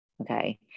Okay